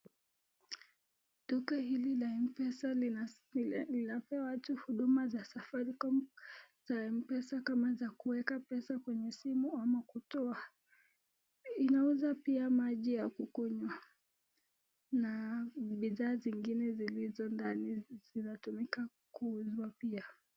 Duka hili la mpesa linapea watu huduma za Safaricom na mpesa kama kuweka pesa kwenye simu ama kutoa. Inauza pia maji ya kukunywa na bidhaa zingine zilizondani zinatumika kuuzwa pia.